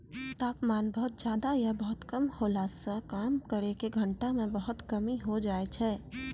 तापमान बहुत ज्यादा या बहुत कम होला सॅ काम करै के घंटा म बहुत कमी होय जाय छै